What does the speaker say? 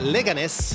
Leganes